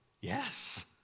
Yes